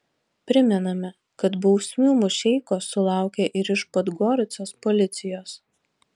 primename kad bausmių mušeikos sulaukė ir iš podgoricos policijos